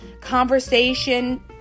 conversation